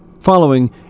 Following